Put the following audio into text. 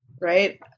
right